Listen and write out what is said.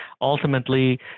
ultimately